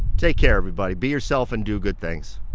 take care, everybody. be yourself and do good things.